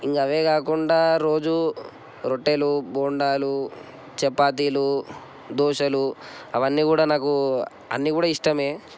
ఇంకా అవే కాకుండా రోజు రొట్టెలు బోండాలు చపాతీలు దోసెలు అవన్నీ కూడా నాకు అన్నీ కూడా ఇష్టమే